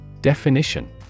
Definition